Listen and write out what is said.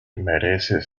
merece